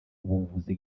ubuvuzi